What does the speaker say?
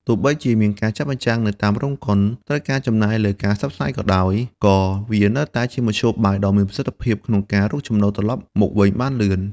ទោះបីជាការបញ្ចាំងនៅតាមរោងកុនត្រូវការចំណាយលើការផ្សព្វផ្សាយក៏ដោយ ក៏វានៅតែជាមធ្យោបាយដ៏មានប្រសិទ្ធភាពក្នុងការរកចំណូលត្រឡប់មកវិញបានលឿន។